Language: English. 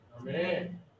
Amen